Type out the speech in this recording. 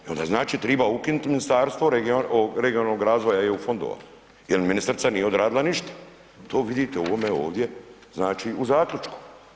I onda znači treba ukinuti Ministarstvo regionalnog razvoja i EU fondova jer ministrica nije odradila ništa, to vidite u ovome ovdje znači u zaključku.